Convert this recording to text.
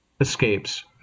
escapes